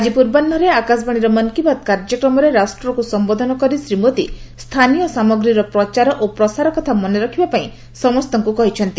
ଆଜି ପୂର୍ବାହୁରେ ଆକାଶବାଣୀର ମନ୍ କି ବାତ୍ କାର୍ଯ୍ୟକ୍ରମରେ ରାଷ୍ଟ୍ରକୁ ସମ୍ଭୋଧନ କରି ଶ୍ରୀ ମୋଦୀ ସ୍ଥାନୀୟ ସାମଗ୍ରୀର ପ୍ରଚାର ଓ ପ୍ରସାର କଥା ମନେରଖିବା ପାଇଁ ସମସ୍ତଙ୍କୁ କହିଛନ୍ତି